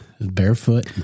barefoot